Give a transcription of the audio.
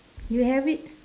you have it